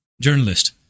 journalist